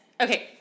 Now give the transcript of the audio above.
Okay